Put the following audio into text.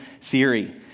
theory